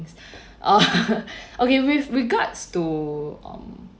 okay with regards to um